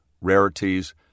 Rarities